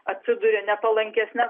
atsiduria nepalankesnėse